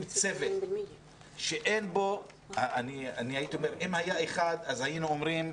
צוות שאין בו ייצוג בכלל אם היה אחד היינו אומרים,